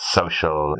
social